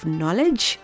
knowledge